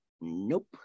Nope